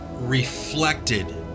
reflected